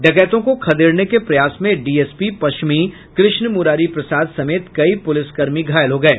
डकैतों को खदेड़ने के प्रयास में डीएसपी पश्चिमी कृष्ण मुरारी प्रसाद समेत कई पुलिसकर्मी घायल हो गये